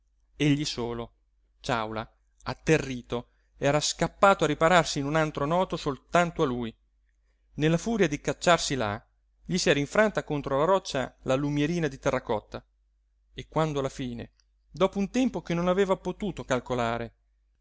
scoppio egli solo ciàula atterrito era scappato a ripararsi in un antro noto soltanto a lui nella furia di cacciarsi là gli s'era infranta contro la roccia la lumierina di terracotta e quando alla fine dopo un tempo che non aveva potuto calcolare